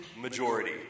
majority